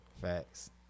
Facts